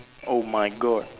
oh my god